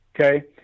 okay